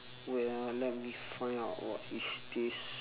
wait ah let me find out what is this